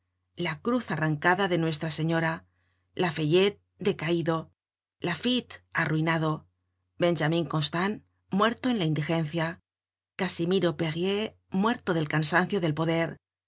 la cruz arrancada de nuestra señora lafayette decaido laffitte arruinado benjamin constant muerto en la indigencia casimiro perier muerto del cansancio del poder